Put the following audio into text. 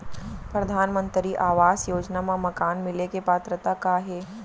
परधानमंतरी आवास योजना मा मकान मिले के पात्रता का हे?